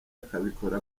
akabikora